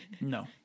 No